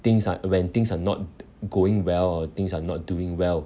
things are when things are not going well or things are not doing well